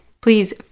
please